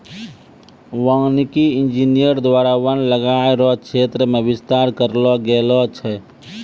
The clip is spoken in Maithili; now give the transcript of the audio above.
वानिकी इंजीनियर द्वारा वन लगाय रो क्षेत्र मे बिस्तार करलो गेलो छै